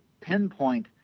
pinpoint